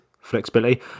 flexibility